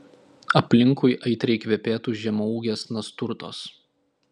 aplinkui aitriai kvepėtų žemaūgės nasturtos